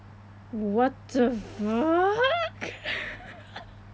what the fuck